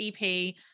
EP